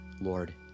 Lord